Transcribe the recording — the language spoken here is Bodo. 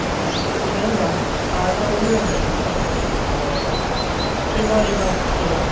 ओरैनो होमबा माबासोयाव मोजां जाहैगोनना सार इसे फ्रेब्रुवारि मार्स सोयाव